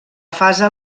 fase